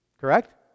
correct